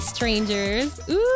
strangers